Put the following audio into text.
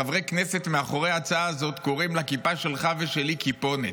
חברי כנסת מאחורי ההצעה הזאת קוראים לכיפה שלך ושלי "כיפונת",